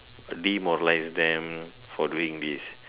demoralize them for doing this